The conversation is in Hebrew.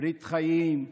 "ברית חיים",